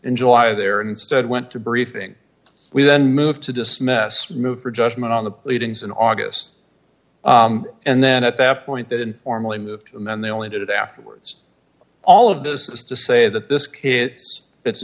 in july there instead went to briefing we then move to dismiss move her judgment on the pleadings in august and then at that point that informally moved and then they only did it afterwards all of this is to say that this case it's